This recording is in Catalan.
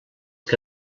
que